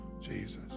Jesus